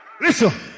Listen